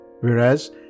whereas